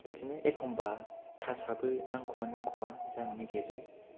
बिदिनो एखनब्ला टाचाबो नांखवा नांखवा जानो नागिरो